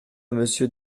monsieur